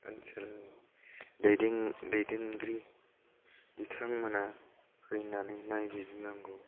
ओनसोलि दैदेनगिरि बिथांमोना फैनानै नायबिजिरनांगौ